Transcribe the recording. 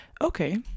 okay